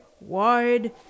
wide